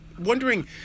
wondering